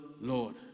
Lord